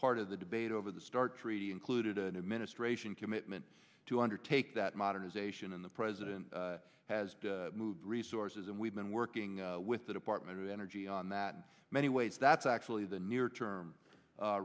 part of the debate over the start treaty included an administration commitment to undertake that modernization and the president has moved resources and we've been working with the department of energy on that many ways that's actually the near term